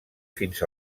fins